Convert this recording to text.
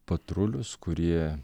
patrulius kurie